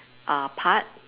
uh part